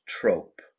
trope